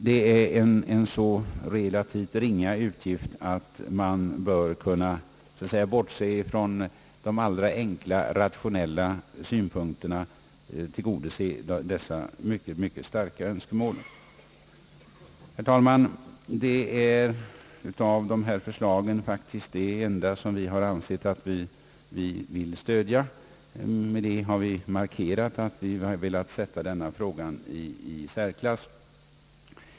Det är fråga om en så relativt ringa utgift att man bör kunna bortse från de direkt rationella synpunkterna och tillgodose detta mycket starka önskemål. Herr talman! Detta är faktiskt det enda av reservanternas förslag som vi ansett att vi vill stödja. Med detta har vi markerat att vi tillmäter denna fråga en särskild vikt.